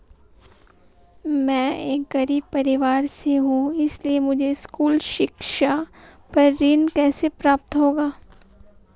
मैं एक गरीब परिवार से हूं इसलिए मुझे स्कूली शिक्षा पर ऋण कैसे प्राप्त होगा?